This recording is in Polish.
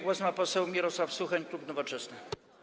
Głos ma poseł Mirosław Suchoń, klub Nowoczesna.